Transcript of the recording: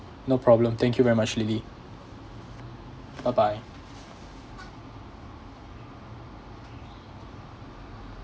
no problem thank you very much lily bye bye